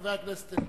חבר הכנסת אלדד.